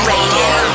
Radio